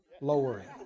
lowering